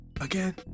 Again